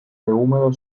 húmedo